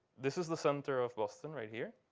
this is the center of boston right here.